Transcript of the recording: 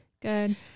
Good